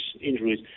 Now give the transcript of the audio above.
injuries